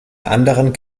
anderen